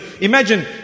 Imagine